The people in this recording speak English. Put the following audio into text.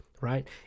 Right